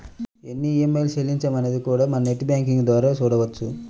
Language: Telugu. ఎన్ని ఈఎంఐలు చెల్లించామన్నది కూడా మనం నెట్ బ్యేంకింగ్ ద్వారా చూడొచ్చు